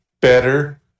better